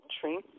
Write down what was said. train